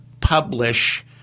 publish